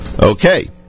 Okay